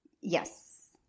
Yes